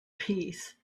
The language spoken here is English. peace